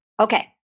Okay